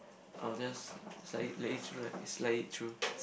I will just slide it let it through like slide it through